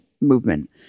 movement